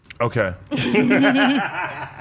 Okay